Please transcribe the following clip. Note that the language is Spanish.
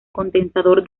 condensador